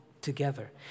together